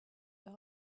your